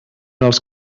els